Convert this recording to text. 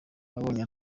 nabonye